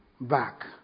back